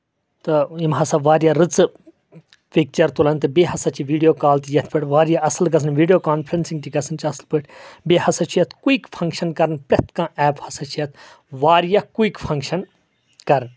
یِم ہسا واریاہ رٔژٕ پکچر تُلان تہٕ بیٚیہِ ہسا چھِ ویڈیو کال تہِ یَتھ پٮ۪ٹھ واریاہ اَصٕل گژھان ویٖڈیو کانفرنسنگ تہِ گژھان اَصٕل پٲٹھۍ بیٚیہِ ہسا چھِ یَتھ کُیک فنکشن کران پریٚتھ کانٛہہ ایپ ہسا چھِ یَتھ واریاہ کُیک فنٛکشن کران